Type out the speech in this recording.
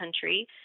country